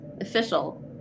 official